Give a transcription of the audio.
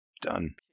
Done